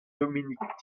dominique